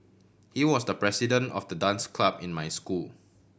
he was the president of the dance club in my school